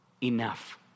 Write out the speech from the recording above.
Enough